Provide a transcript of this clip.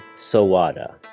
Sawada